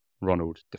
Ronald